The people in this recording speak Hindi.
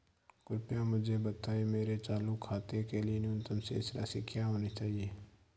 कृपया मुझे बताएं मेरे चालू खाते के लिए न्यूनतम शेष राशि क्या होनी चाहिए?